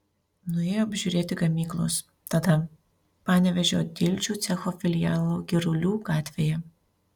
nuėjo apžiūrėti gamyklos tada panevėžio dildžių cecho filialo girulių gatvėje